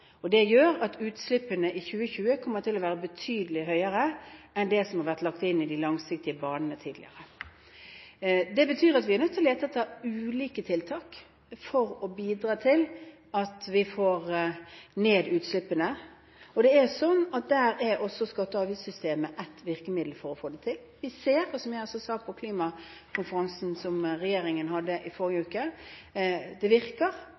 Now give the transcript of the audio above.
det ikke blir CCS på Mongstad. Det gjør at utslippene i 2020 kommer til å være betydelig høyere enn det som har vært lagt inn i de langsiktige banene tidligere. Det betyr at vi er nødt til å lete etter ulike tiltak for å bidra til at vi får ned utslippene, og skatte- og avgiftssystemet er ett virkemiddel for å få det til. Vi ser, som jeg også sa på klimakonferansen som regjeringen holdt i forrige uke, at det